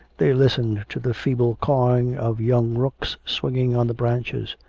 they listened to the feeble cawing of young rooks swinging on the branches.